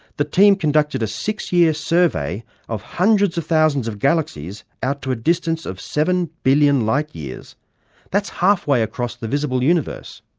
the team conducted a six-year survey of hundreds of thousands of galaxies out to a distance of seven billion like light-years. that's halfway across the visible universe.